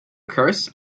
curse